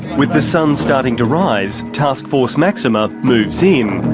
with the sun starting to rise, taskforce maxima moves in.